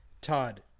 todd